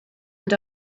and